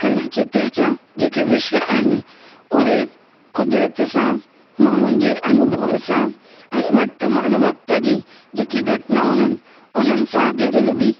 कला चित्र जा जेके विषय आहिनि उहे कुदिरत सां माण्हुनि जे अनुभव सां ऐं वर्तमान वक़्ति जी जेकी घटनाऊं आहिनि उन्हनि सां जुड़ियल बि